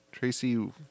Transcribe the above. Tracy